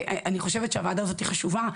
אני חושבת שהוועדה הזאת היא חשובה,